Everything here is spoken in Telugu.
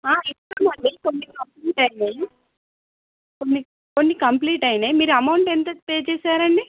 ఇస్తాం అండి కొన్ని కంప్లీట్ అయినాయి కొన్ని కొన్ని కంప్లీట్ అయినాయి మీరు అమౌంట్ ఎంత పే చేశారండి